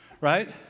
right